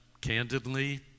candidly